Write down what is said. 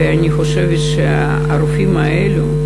ואני חושבת שהרופאים האלו,